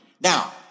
Now